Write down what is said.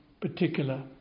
particular